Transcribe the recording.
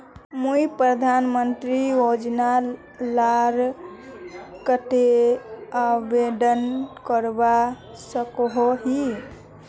मुई प्रधानमंत्री योजना लार केते आवेदन करवा सकोहो ही?